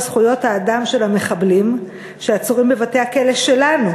זכויות האדם של המחבלים שעצורים בבתי-הכלא שלנו.